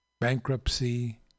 bankruptcy